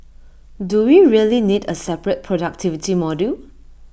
do we really need A separate productivity module